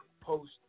post